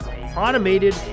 automated